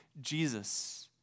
Jesus